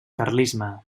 carlisme